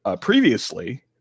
Previously